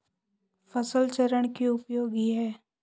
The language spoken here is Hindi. फसल चरण क्यों उपयोगी है?